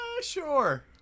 Sure